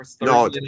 No